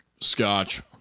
Scotch